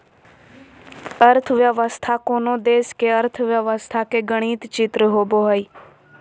अर्थव्यवस्था कोनो देश के अर्थव्यवस्था के गणित चित्र होबो हइ